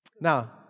Now